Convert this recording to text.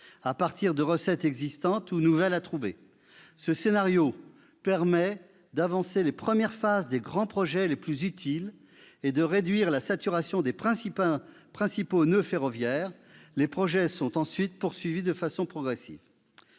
à partir de recettes existantes ou de nouvelles recettes à trouver. Ce scénario permet d'avancer les premières phases des grands projets les plus utiles et de réduire la saturation des principaux noeuds ferroviaires. Les projets sont ensuite poursuivis de façon progressive.